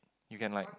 you can like